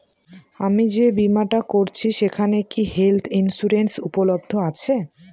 আমি যে বীমাটা করছি সেইখানে কি হেল্থ ইন্সুরেন্স উপলব্ধ আছে?